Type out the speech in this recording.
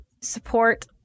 support